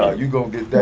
ah you gonna get that